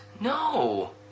No